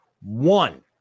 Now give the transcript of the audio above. one